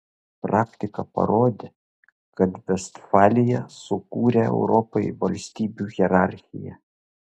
praktika parodė kad vestfalija sukūrė europai valstybių hierarchiją